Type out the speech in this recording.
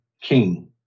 king